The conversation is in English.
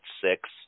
Six